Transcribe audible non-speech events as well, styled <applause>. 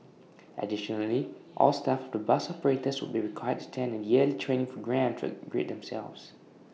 additionally all staff of the bus operators would be required to attend A yearly training for <unintelligible> grade themselves